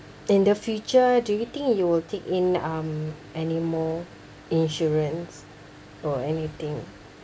in the future do you think you will take in um anymore insurance or anything